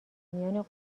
میان